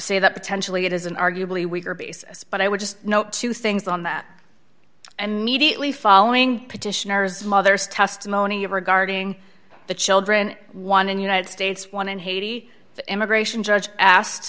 say that potentially it is an arguably weaker basis but i would just note two things on that and mediately following petitioner's mother's testimony regarding the children one in united states one in haiti immigration judge asked